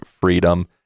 freedom